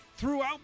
Throughout